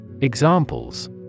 Examples